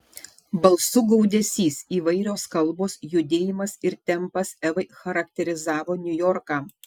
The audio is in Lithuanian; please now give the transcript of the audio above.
balsų gaudesys įvairios kalbos judėjimas ir tempas evai charakterizavo niujorką